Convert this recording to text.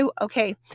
Okay